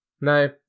No